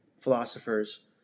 philosophers